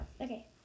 Okay